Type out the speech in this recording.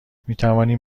میتوانیم